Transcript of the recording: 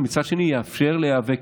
ומצד שני יאפשר להיאבק.